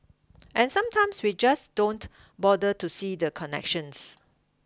and sometimes we just don't bother to see the connections